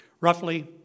roughly